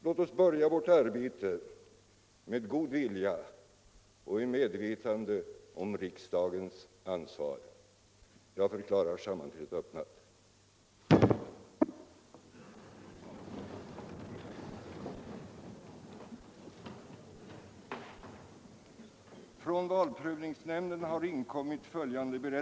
Låt oss börja vårt arbete med god vilja och i medvetande om riksdagens ansvar. Jag förklarar sammanträdet öppnat.